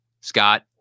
Scott